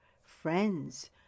friends